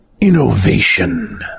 innovation